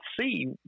see